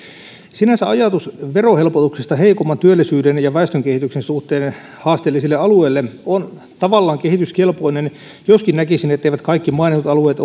sinänsä ajatus verohelpotuksesta heikomman työllisyyden ja väestönkehityksen suhteen haasteellisille alueille on tavallaan kehityskelpoinen joskin näkisin etteivät kaikki mainitut alueet